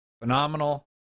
phenomenal